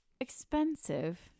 expensive